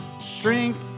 strength